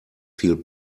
viel